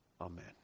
Amen